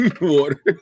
water